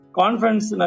conference